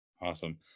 Awesome